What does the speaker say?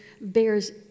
bears